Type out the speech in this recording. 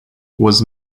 was